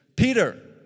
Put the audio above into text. Peter